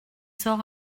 sort